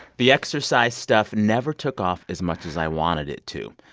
the exercise stuff never took off as much as i wanted it to,